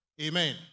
Amen